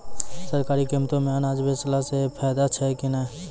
सरकारी कीमतों मे अनाज बेचला से फायदा छै कि नैय?